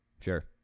Sure